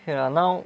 ya lah now